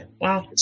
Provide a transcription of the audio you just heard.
Wow